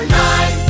nine